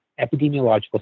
epidemiological